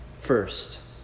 first